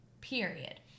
Period